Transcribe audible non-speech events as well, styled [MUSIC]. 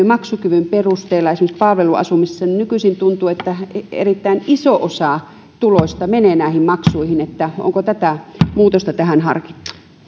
[UNINTELLIGIBLE] maksukyvyn perusteella esimerkiksi palveluasumisessa ja nykyisin tuntuu että erittäin iso osa tuloista menee näihin maksuihin niin onko muutosta tähän harkittu